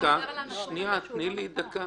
--- תני לי דקה.